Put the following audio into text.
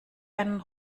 einen